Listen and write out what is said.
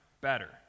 better